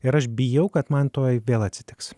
ir aš bijau kad man tuoj vėl atsitiks